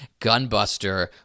Gunbuster